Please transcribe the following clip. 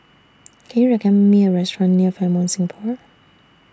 Can YOU recommend Me A Restaurant near Fairmont Singapore